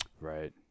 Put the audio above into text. Right